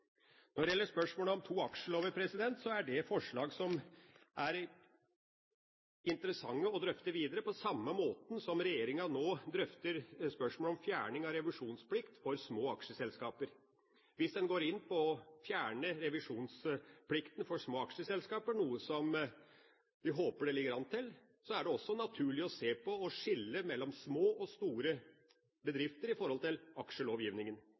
Når det gjelder spørsmålet om to aksjelover, er det forslag som er interessante å drøfte videre, på samme måten som regjeringa nå drøfter spørsmålet om fjerning av revisjonsplikt for små aksjeselskaper. Hvis en går inn for å fjerne revisjonsplikten for små aksjeselskaper, noe som vi håper det ligger an til, er det også naturlig å se på å skille mellom små og store bedrifter i forhold til aksjelovgivningen,